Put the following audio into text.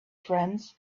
friends